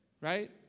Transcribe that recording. right